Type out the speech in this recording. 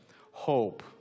hope